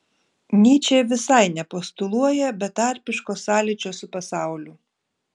nyčė visai nepostuluoja betarpiško sąlyčio su pasauliu